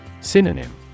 Synonym